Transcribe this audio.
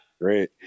Great